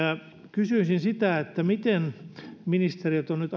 kysyisin sitä miten ministeriöt ovat nyt